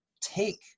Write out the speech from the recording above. take